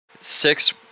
Six